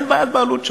אין בעיית בעלות שם.